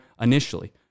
initially